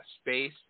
space